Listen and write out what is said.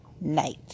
night